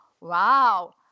Wow